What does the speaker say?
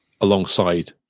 alongside